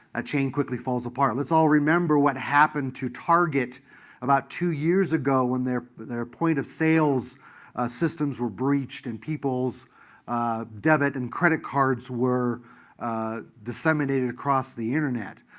ah chain quickly falls apart. let's all remember what happened to target about two years ago, when their but their point-of-sale systems were breached, and people's debit and credit cards were disseminated across the internet.